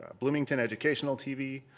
bloomington educational tv,